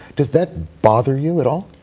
does that bother you at all?